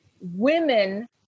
women